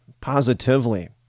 positively